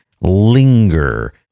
Linger